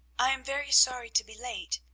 i am very sorry to be late,